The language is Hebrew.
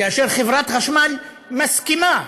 חברת החשמל מסכימה.